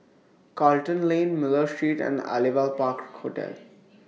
Charlton Lane Miller Street and Aliwal Park Hotel